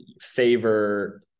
favor